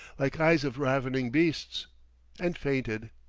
like eyes of ravening beasts and fainted.